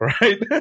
right